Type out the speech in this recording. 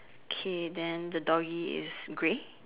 okay then the doggy is grey